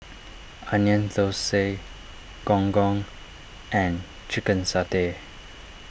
Onion Thosai Gong Gong and Chicken Satay